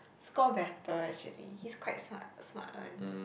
score better actually he quite smart smart one